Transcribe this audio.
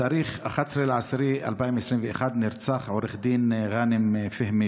בתאריך 11 באוקטובר 2021 נרצח עו"ד ע'אנם פהמי